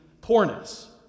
poorness